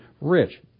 Rich